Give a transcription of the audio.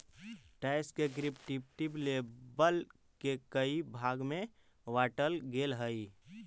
tax के descriptive label के कई भाग में बांटल गेल हई